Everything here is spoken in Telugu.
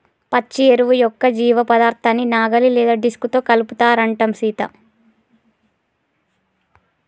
పచ్చి ఎరువు యొక్క జీవపదార్థాన్ని నాగలి లేదా డిస్క్ తో కలుపుతారంటం సీత